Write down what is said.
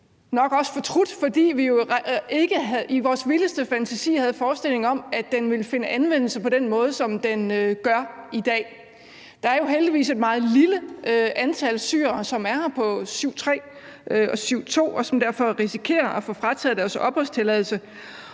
nok også fortrudt det, fordi vi jo ikke i vores vildeste fantasi havde forestillet os, at den ville finde anvendelse på den måde, som den gør i dag. Der er jo heldigvis et meget lille antal syrere, som er her efter § 7, stk. 3, og § 7, stk. 2, og som derfor risikerer at få frataget deres opholdstilladelse.